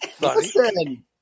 Listen